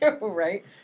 right